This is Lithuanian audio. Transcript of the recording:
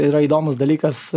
yra įdomus dalykas